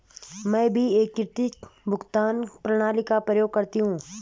मैं भी एकीकृत भुगतान प्रणाली का प्रयोग करती हूं